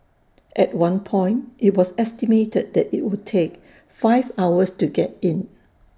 at one point IT was estimated that IT would take five hours to get in